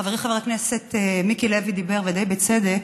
חברי חבר הכנסת מיקי לוי דיבר, ודי בצדק,